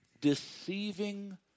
deceiving